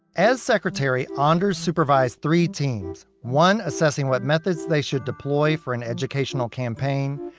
as secretary, ah anders supervised three teams. one assessing what methods they should deploy for an educational campaign.